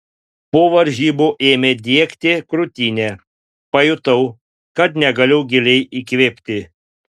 po varžybų ėmė diegti krūtinę pajutau kad negaliu giliai įkvėpti